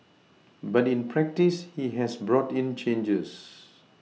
but in practice he has brought in changes